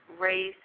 race